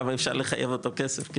כמה אפשר לחייב אותו כסף.